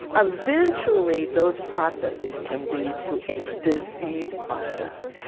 eventually those processes can lead to a disease process.